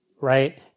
right